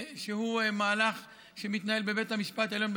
שהוא מהלך שמתנהל בבית המשפט העליון,